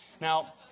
Now